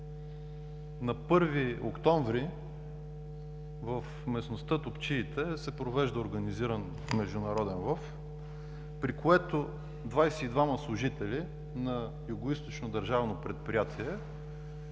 На 1 октомври в местността „Топчиите“ се провежда организиран международен лов, при което двадесет и двама служители на Югоизточното държавно предприятие